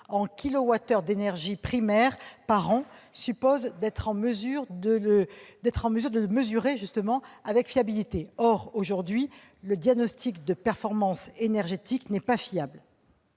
en kilowattheure d'énergie primaire par an suppose de pouvoir le mesurer avec fiabilité. Or à ce jour le diagnostic de performance énergétique n'est pas fiable.